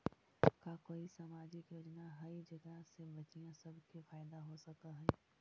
का कोई सामाजिक योजना हई जेकरा से बच्चियाँ सब के फायदा हो सक हई?